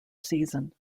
season